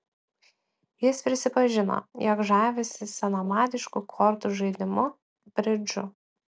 jis prisipažino jog žavisi senamadišku kortų žaidimu bridžu